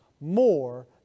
more